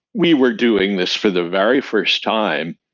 we were doing this for the very first time,